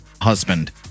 husband